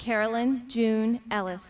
carolyn june ellis